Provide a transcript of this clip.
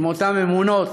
עם אותן אמונות,